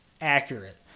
accurate